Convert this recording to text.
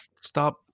stop